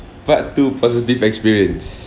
part two positive experience